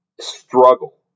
struggle